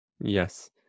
yes